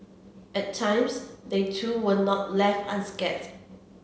at times they too were not left unscathed